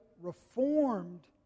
Reformed